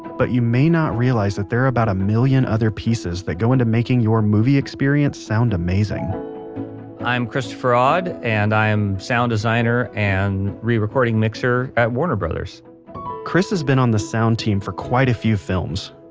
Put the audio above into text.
but you may not realize that there are about a million other pieces that go into making your movie experience sound amazing i'm christopher aud and i'm a sound designer and re-recording mixer at warner brothers chris has been on the sound team for quite a few films.